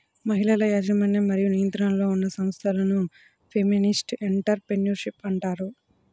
మహిళల యాజమాన్యం మరియు నియంత్రణలో ఉన్న సంస్థలను ఫెమినిస్ట్ ఎంటర్ ప్రెన్యూర్షిప్ అంటారు